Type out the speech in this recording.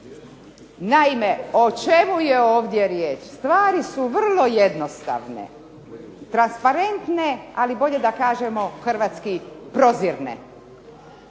Naime, o čemu je ovdje riječ. Stvari su vrlo jednostavne, transparentne, ali bolje da kažemo hrvatski prozirne.